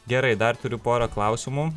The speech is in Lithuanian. gerai dar turiu porą klausimų